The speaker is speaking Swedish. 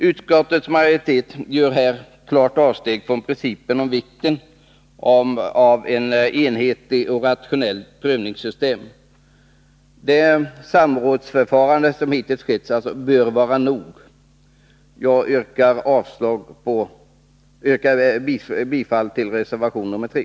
Utskottets majoritet gör här ett klart avsteg från principen om ett enhetligt och rationellt prövningssystem. Det samrådsförfarande som hittills har ägt rum bör vara nog. Jag yrkar bifall till reservation nr 3.